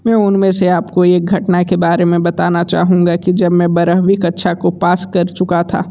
मैं उनमें से आपको एक घटना के बारे में बताना चाहूँगा कि जब मैं बारहवी कक्षा को पास कर चुका था